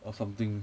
or something